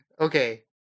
okay